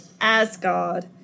Asgard